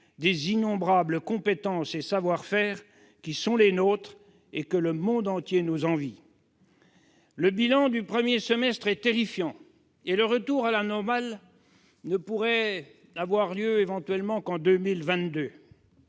des innombrables compétences et savoir-faire qui sont les nôtres et que le monde entier nous envie. Le bilan du premier semestre est terrifiant, et le retour à la normale ne pourrait avoir lieu qu'en 2022.